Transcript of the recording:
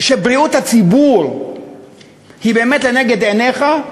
שבריאות הציבור באמת לנגד עיניך,